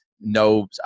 no –